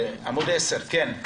כן.